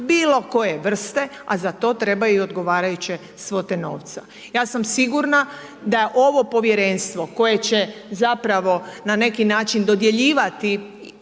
bilo koje vrste a za to trebaju i odgovarajuće svote novca. Ja sam sigurna da ovo povjerenstvo koje će zapravo na neki način dodjeljivati